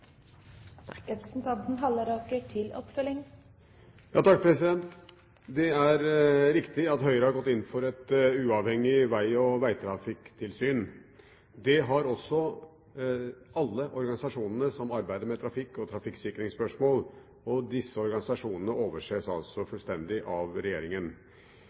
Det er riktig at Høyre har gått inn for et uavhengig veg- og vegtrafikktilsyn. Det har også alle organisasjonene som arbeider med trafikk- og trafikksikringsspørsmål. Disse organisasjonene overses altså fullstendig av